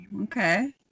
Okay